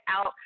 out